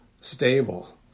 stable